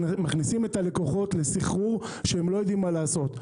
מכניסים את הלקוחות לסחרור כזה שהם לא יודעים מה לעשות.